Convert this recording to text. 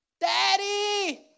Daddy